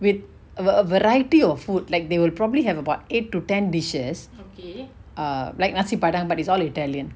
with a variety of food like they will probably have about eight to ten dishes err like nasi padang but it's all italian